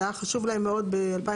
זה היה חשוב להם מאוד ב-2021.